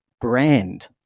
brand